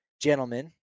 gentlemen